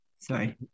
Sorry